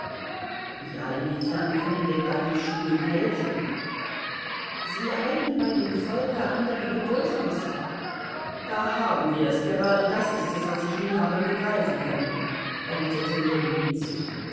ja inwiefern können denn da die schulen helfen sie erwecken bei dem volke andere bedürfnisse da haben wir's gerade das ist es was ich nie habe begreifen können erwiderte ljewin hitzig